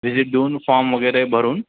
visit देऊन form वगैरे भरून